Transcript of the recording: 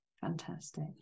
fantastic